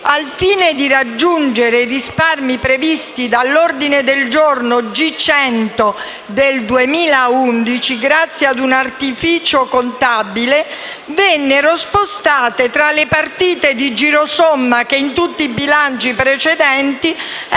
al fine di raggiungere i risparmi previsti dall'ordine del giorno G100 del 2011, grazie a un artificio contabile, vennero spostate tra le partite di giro somme che in tutti i bilanci precedenti erano